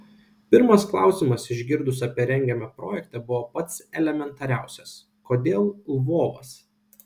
pirmas klausimas išgirdus apie rengiamą projektą buvo pats elementariausias kodėl lvovas